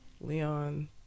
Leon